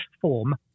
form